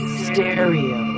stereo